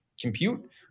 compute